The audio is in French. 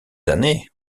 années